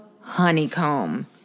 honeycomb